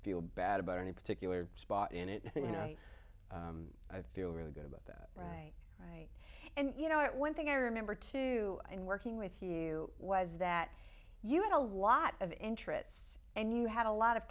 feel bad about any particular spot in it you know i feel really good about that right and you know it one thing i remember too and working with you was that you had a lot of interests and you had a lot of